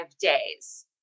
days